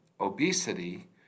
obesity